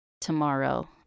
tomorrow